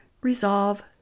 resolve